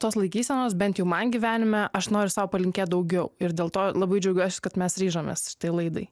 tos laikysenos bent jau man gyvenime aš noriu sau palinkėt daugiau ir dėl to labai džiaugiuosi kad mes ryžomės šitai laidai